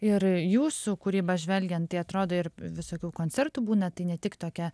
ir jūsų kūryba žvelgiant tai atrodo ir visokių koncertų būna tai ne tik tokia